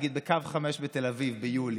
נגיד בקו 5 בתל אביב ביולי,